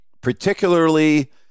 particularly